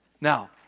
Now